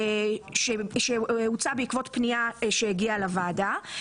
נושא שבא בעקבות פנייה שהגיעה לוועדה.